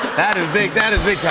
that is big. that is big